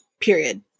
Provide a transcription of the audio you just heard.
period